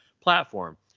platform